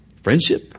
Friendship